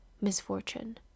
misfortune